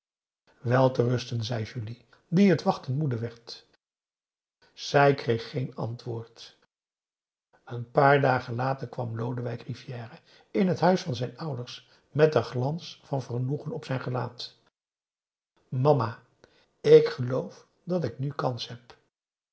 rusten zei julie die het wachten moede werd zij kreeg geen antwoord een paar dagen later kwam lodewijk rivière in het huis van zijn ouders met een glans van vergenoegen op zijn gelaat mama ik geloof dat ik nu kans heb